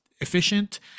efficient